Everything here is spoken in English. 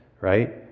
right